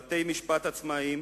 בתי-משפט עצמאיים,